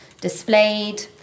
displayed